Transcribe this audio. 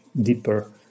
deeper